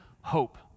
hope